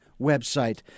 website